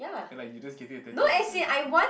ya lah you just getting a tattoo for the sake of tattoo